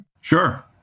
Sure